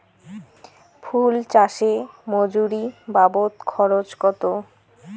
ফুল চাষে মজুরি বাবদ খরচ কত?